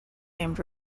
named